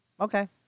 Okay